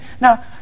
Now